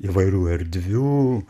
įvairių erdvių